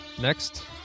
Next